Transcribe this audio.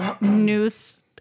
news